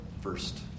first